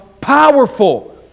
powerful